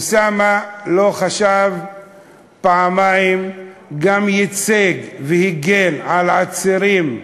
אוסאמה לא חשב פעמיים וגם ייצג והגן על עצירים,